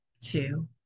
two